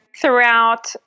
throughout